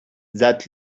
that